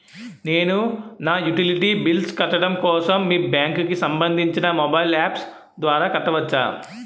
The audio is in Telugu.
నేను నా యుటిలిటీ బిల్ల్స్ కట్టడం కోసం మీ బ్యాంక్ కి సంబందించిన మొబైల్ అప్స్ ద్వారా కట్టవచ్చా?